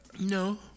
No